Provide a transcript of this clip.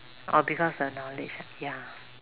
oh because the knowledge ya